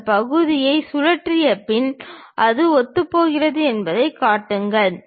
அந்த பகுதியை சுழற்றிய பின் அது ஒத்துப்போகிறது என்பதைக் காட்டுகிறது